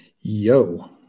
Yo